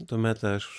tuomet aš